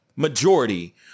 majority